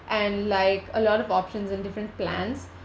and like a lot of options and different plans